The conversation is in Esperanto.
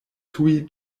tuj